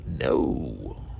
no